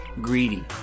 greedy